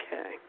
Okay